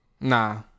Nah